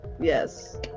Yes